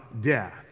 death